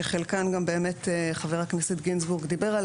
שעל חלקן גם חבר הכנסת גינזבורג דיבר,